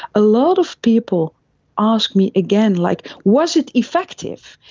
a lot of people ask me again, like, was it effective,